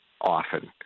often